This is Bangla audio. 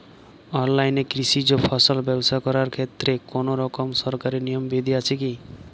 অনলাইনে কৃষিজ ফসল ব্যবসা করার ক্ষেত্রে কোনরকম সরকারি নিয়ম বিধি আছে কি?